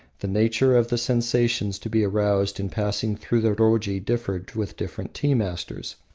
the nature of the sensations to be aroused in passing through the roji differed with different tea-masters.